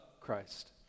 Christ